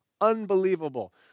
Unbelievable